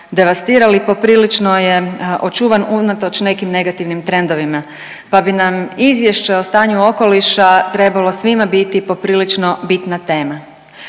devastirali, poprilično je očuvan unatoč nekim negativnim trendovima, pa bi nam Izvješće o stanju okoliša trebala svima biti poprilično bitna tema.